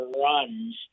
runs